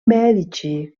mèdici